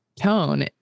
tone